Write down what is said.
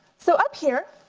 so up here